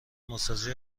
ماساژ